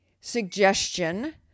suggestion